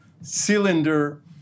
cylinder